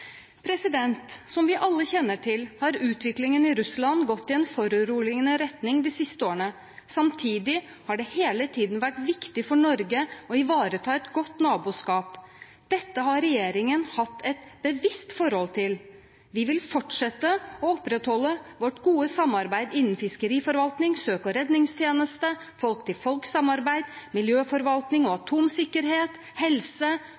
Som vi alle kjenner til, har utviklingen i Russland gått i en foruroligende retning de siste årene. Samtidig har det hele tiden vært viktig for Norge å ivareta et godt naboskap. Dette har regjeringen hatt et bevisst forhold til. Vi vil fortsette å opprettholde vårt gode samarbeid innen fiskeriforvaltning, søk og redningstjeneste, folk-til-folk-samarbeid, miljøforvaltning og atomsikkerhet, helse,